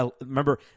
remember